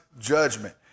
judgment